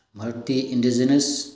multi indigenous